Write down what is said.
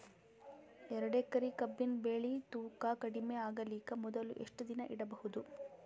ಎರಡೇಕರಿ ಕಬ್ಬಿನ್ ಬೆಳಿ ತೂಕ ಕಡಿಮೆ ಆಗಲಿಕ ಮೊದಲು ಎಷ್ಟ ದಿನ ಇಡಬಹುದು?